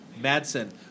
Madsen